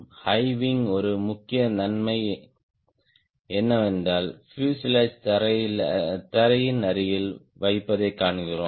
high wing ஒரு முக்கிய நன்மை என்னவென்றால் பியூசேலாஜ் தரையில் அருகில் வைப்பதைக் காண்கிறோம்